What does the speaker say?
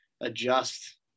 adjust